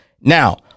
now